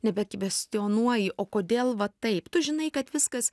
nebekvestionuoji o kodėl va taip tu žinai kad viskas